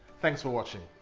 thanks for watching.